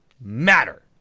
matter